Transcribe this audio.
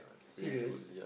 serious